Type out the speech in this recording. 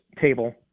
table